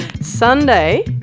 Sunday